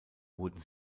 werden